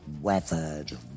weathered